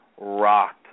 rocked